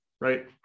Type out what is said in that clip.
right